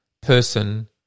person